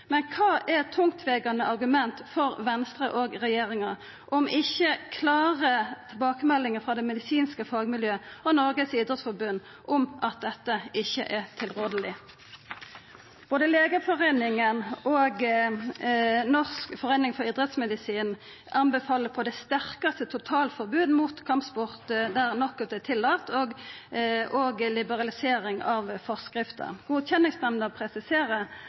Men kva er tungtvegande argument for Venstre og regjeringa, om ikkje klare tilbakemeldingar frå det medisinske fagmiljøet og Norges idrettsforbund om at dette ikkje er tilrådeleg? Både Legeforeningen og Norsk forening for idrettsmedisin og fysisk aktivitet anbefaler på det sterkaste eit totalforbod mot kampsport der knockout er tillaten, og òg ei liberalisering av forskrifta. Godkjenningsnemnda presiserer